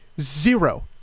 zero